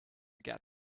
get